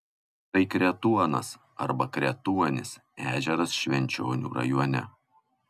tai kretuonas arba kretuonis ežeras švenčionių rajone